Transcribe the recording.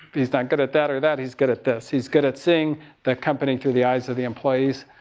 he's not good at that or that. he's good at this. he's good at seeing the company through the eyes of the employees.